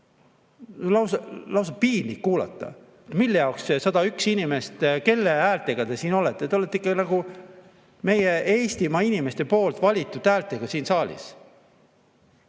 Lausa piinlik kuulata! Mille jaoks need 101 inimest? Kelle häältega te siin olete? Te olete ikka nagu meie Eestimaa inimeste poolt valitud häältega siin saalis.